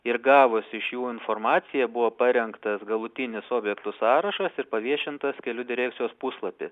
ir gavus iš jų informaciją buvo parengtas galutinis objektų sąrašas ir paviešintas kelių direkcijos puslapy